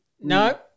No